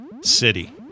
city